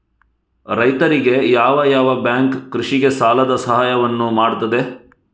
ರೈತರಿಗೆ ಯಾವ ಯಾವ ಬ್ಯಾಂಕ್ ಕೃಷಿಗೆ ಸಾಲದ ಸಹಾಯವನ್ನು ಮಾಡ್ತದೆ?